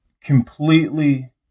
completely